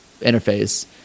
interface